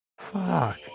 Fuck